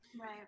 Right